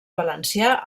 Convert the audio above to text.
valencià